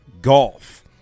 Golf